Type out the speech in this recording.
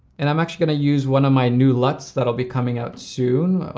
and i'm actually gonna use one of my new luts that'll be coming out soon.